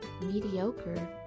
mediocre